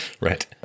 Right